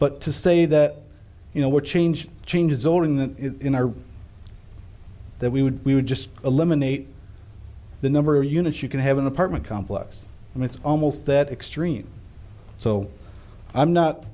but to say that you know what change change zoning that that we would we would just eliminate the number of units you can have an apartment complex and it's almost that extreme so i'm not